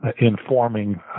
informing